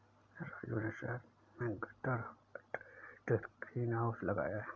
राजू ने शहर में गटर अटैच्ड ग्रीन हाउस लगाया है